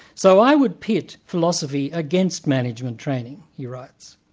so i would pit philosophy against management training', he writes.